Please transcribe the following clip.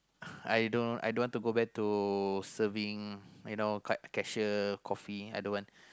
I don't I don't want to go back to serving you know crew cashier coffee I don't want